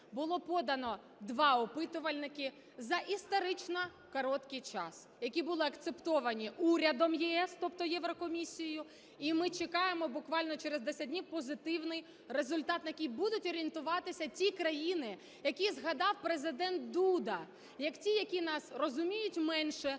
було подано два опитувальника за історично короткий час, які були акцептовані урядом ЄС, тобто Єврокомісією, і ми чекаємо буквально через 10 днів позитивний результат, на який будуть орієнтуватися ті країни, які згадав Президент Дуда, як ті, які нас розуміють менше